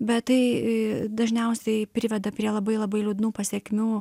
bet tai dažniausiai priveda prie labai labai liūdnų pasekmių